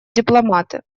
дипломаты